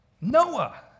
Noah